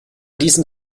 diesen